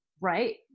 Right